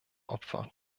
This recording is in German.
opfer